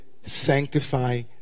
sanctify